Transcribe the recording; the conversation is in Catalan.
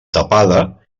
tapada